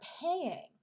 paying